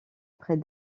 près